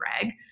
Greg